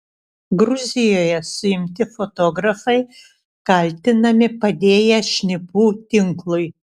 gruzijoje suimti fotografai kaltinami padėję šnipų tinklui